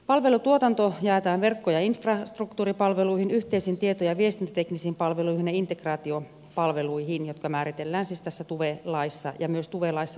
palvelutuotanto jaetaan verkko ja infrastruktuuripalveluihin yhteisiin tieto ja viestintäteknisiin palveluihin ja integraatiopalveluihin jotka määritellään siis tässä tuve laissa ja myös palvelujen tuottajat